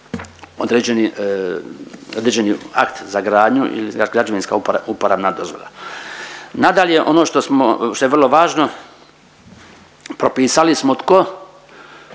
određeni akt za gradnju ili građevinska uporabna dozvola. Nadalje, ono što je vrlo važno propisali smo tko